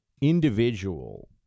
individual